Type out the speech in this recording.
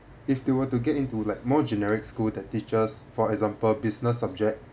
if they were to get into like more generic school that teaches for example business subject